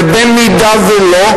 ואם לא,